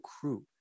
crew